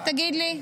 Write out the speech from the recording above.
תגיד לי,